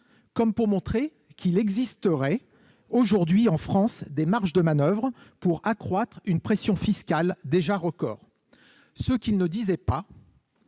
comme pour montrer qu'il existerait aujourd'hui en France des marges de manoeuvre pour accroître une pression fiscale déjà record. Ce qu'il n'a pas